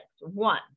One